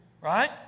Right